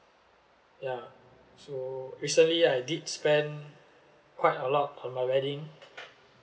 ya so recently I did spend quite a lot on my wedding